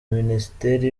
minisiteri